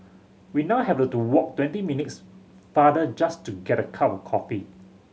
we now have to walk twenty minutes farther just to get a cup of coffee